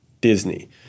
Disney